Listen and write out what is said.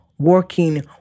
working